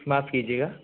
माफ कीजिएगा